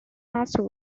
master